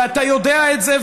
ואתה יודע את זה,